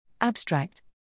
Abstract